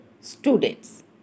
students